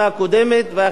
ואכן זה קרה,